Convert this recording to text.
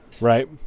Right